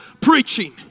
preaching